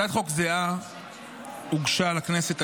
הצעת חוק זהה הוגשה לכנסת,